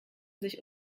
sich